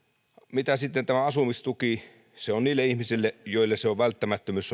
mitä sitten tulee tähän asumistukeen se on tärkeä asia niille ihmisille joille se on välttämättömyys